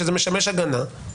שזה משמש הגנה,